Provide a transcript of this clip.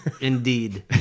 Indeed